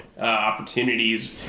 opportunities